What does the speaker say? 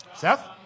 Seth